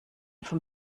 vom